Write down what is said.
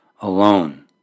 alone